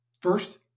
First